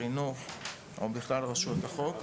חינוך או בכלל רשויות החוק,